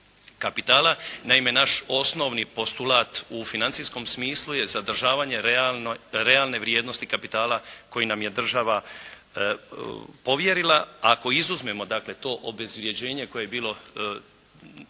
kapitala. Naime naš osnovni postulat u financijskom smislu je zadržavanje realne vrijednosti kapitala koji nam je država povjerila. Ako izuzmemo dakle to obezvređenje koje je bilo